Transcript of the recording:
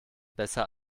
besser